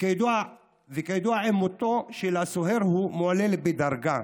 כידוע, עם מותו של סוהר הוא מועלה בדרגה.